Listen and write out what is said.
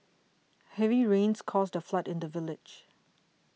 heavy rains caused a flood in the village